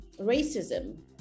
racism